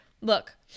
Look